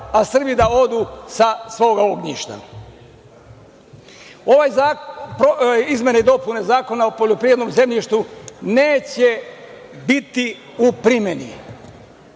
da Srbi odu sa svog ognjišta. Izmene i dopune Zakona o poljoprivrednom zemljištu neće biti u primeni